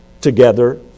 together